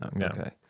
Okay